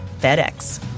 FedEx